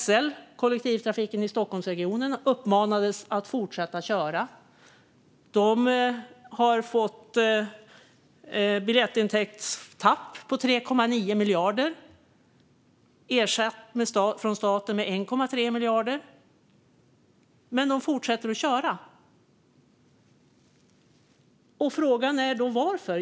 SL, kollektivtrafiken i Stockholmsregionen, uppmanades att fortsätta köra. De har haft ett biljettintäktstapp på 3,9 miljarder kronor och fått ersättning från staten med 1,3 miljarder kronor. Men de fortsätter att köra. Frågan är varför.